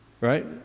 right